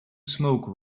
smoke